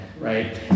Right